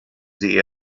sie